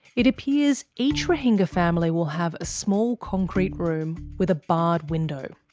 it appears each rohingya family will have a small concrete room with a barred window.